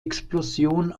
explosion